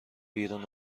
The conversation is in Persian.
بیرون